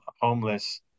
homeless